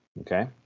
okay